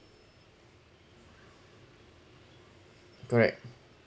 correct